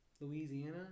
Louisiana